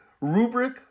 rubric